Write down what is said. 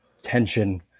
tension